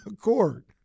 court